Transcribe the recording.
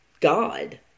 God